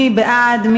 מי בעד?